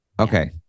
okay